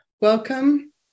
Welcome